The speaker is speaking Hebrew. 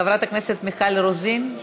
חברת הכנסת מיכל רוזין,